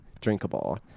drinkable